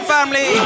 Family